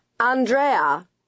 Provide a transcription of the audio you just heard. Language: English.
Andrea